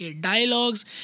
dialogues